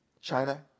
China